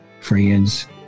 friends